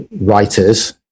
writers